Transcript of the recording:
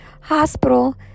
hospital